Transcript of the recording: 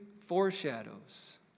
foreshadows